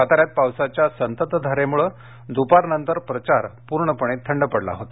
साताऱ्यात पावसाच्या संततधारेमुळे द्रपारनंतर प्रचार पूर्णपणे थंड पडला होता